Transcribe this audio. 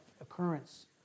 occurrence